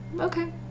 Okay